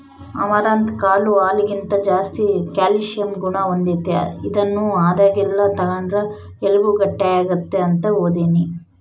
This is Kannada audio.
ಅಮರಂತ್ ಕಾಳು ಹಾಲಿಗಿಂತ ಜಾಸ್ತಿ ಕ್ಯಾಲ್ಸಿಯಂ ಗುಣ ಹೊಂದೆತೆ, ಇದನ್ನು ಆದಾಗೆಲ್ಲ ತಗಂಡ್ರ ಎಲುಬು ಗಟ್ಟಿಯಾಗ್ತತೆ ಅಂತ ಓದೀನಿ